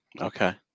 Okay